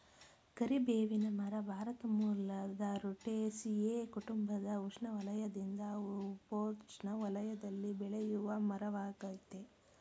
ಕರಿಬೇವಿನ ಮರ ಭಾರತ ಮೂಲದ ರುಟೇಸಿಯೇ ಕುಟುಂಬದ ಉಷ್ಣವಲಯದಿಂದ ಉಪೋಷ್ಣ ವಲಯದಲ್ಲಿ ಬೆಳೆಯುವಮರವಾಗಯ್ತೆ